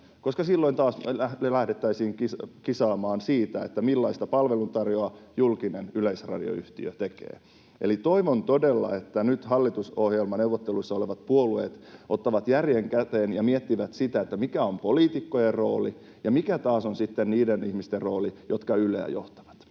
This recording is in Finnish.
taas me lähdettäisiin kisaamaan siitä, millaista palveluntarjontaa julkinen yleisradioyhtiö tekee. Eli toivon todella, että nyt hallitusohjelmaneuvotteluissa olevat puolueet ottavat järjen käteen ja miettivät sitä, mikä on poliitikkojen rooli ja mikä sitten taas on niiden ihmisten rooli, jotka Yleä johtavat.